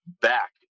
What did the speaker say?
back